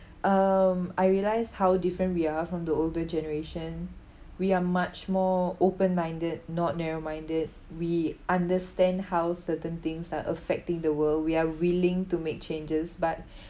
um I realised how different we are from the older generation we are much more open-minded not narrow-minded we understand how certain things are affecting the world we are willing to make changes but